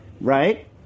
right